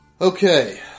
Okay